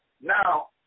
Now